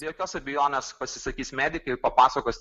be jokios abejonės pasisakys medikai papasakos